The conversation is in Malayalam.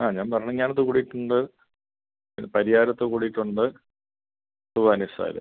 ആ ഞാൻ ഭരണങ്ങാനത്ത് കൂടിയിട്ടുണ്ട് പിന്നെ പരിയാരത്ത് കൂടിയിട്ടുണ്ട് തൂവാനിസാൽ